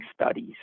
studies